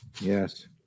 Yes